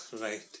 Right